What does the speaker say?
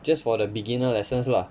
just for the beginner lessons lah